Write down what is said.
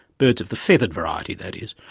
birds of the feathered variety that is,